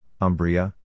Umbria